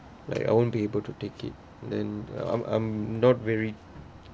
like I won't be able to take it then I'm I'm not very